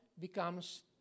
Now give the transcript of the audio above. becomes